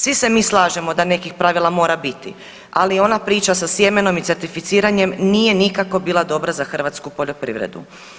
Svi se mi slažemo da nekih pravila mora biti, ali ona priča sa sjemenom i certificiranjem nije nikako bila dobra za hrvatsku poljoprivredu.